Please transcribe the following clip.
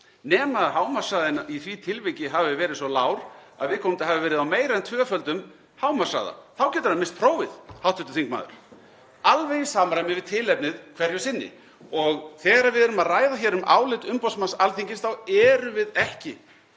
nema hámarkshraðinn í því tilviki hafi verið svo lágur að viðkomandi hafi verið á meira en tvöföldum hámarkshraða. Þá getur hann misst prófið, hv. þingmaður, alveg í samræmi við tilefnið hverju sinni. Þegar við erum að ræða hér um álit umboðsmanns Alþingis þá erum við ekki